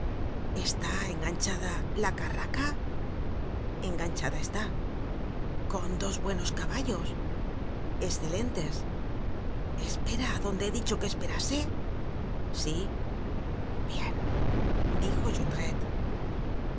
está enganchada la carraca enganchada está con dos buenos caballos escelentes espera donde he dicho que esperase sí bien dijo jondrette el